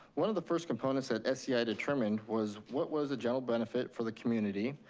one of the first components that sci determined was what was the general benefit for the community,